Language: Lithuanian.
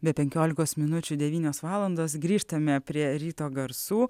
be penkiolikos minučių devynios valandos grįžtame prie ryto garsų